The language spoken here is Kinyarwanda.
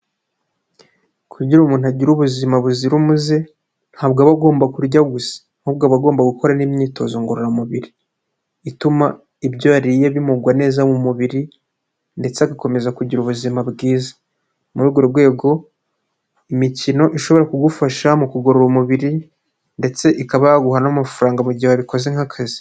Kugira umuntu agire ubuzima buzira umuze ntabwo aba agomba kurya gusa, ahubwo abagomba gukora n'imyitozo ngororamubiri, ituma ibyo yaririye bimugwa neza mu mubiri ndetse agakomeza kugira ubuzima bwiza. Muri urwo rwego imikino ishobora kugufasha mu kugorora umubiri ndetse ikaba yaguha n'amafaranga mu gihe wabikoze nk'akazi.